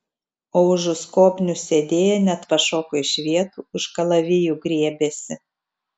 o užu skobnių sėdėję net pašoko iš vietų už kalavijų griebėsi